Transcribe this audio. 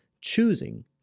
choosing